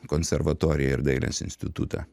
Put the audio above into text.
konservatoriją ir dailės institutą